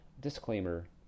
disclaimer